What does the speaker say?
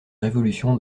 révolution